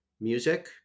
music